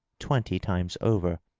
twenty times over.